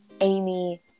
Amy